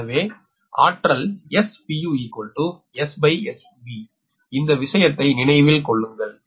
எனவே சக்தி SpuSSB இந்த விஷயத்தை நினைவில் கொள்ளுங்கள்